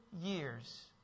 years